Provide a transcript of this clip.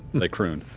they croon.